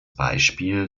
beispiel